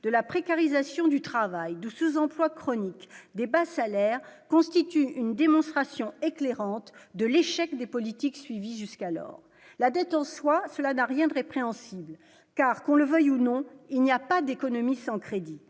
de la précarisation du travail du sous-emploi chronique des bas salaires, constitue une démonstration éclairante de l'échec des politiques suivies jusqu'alors la dette en soi, cela n'a rien de répréhensible, car qu'on le veuille ou non, il n'y a pas d'économie sans crédit,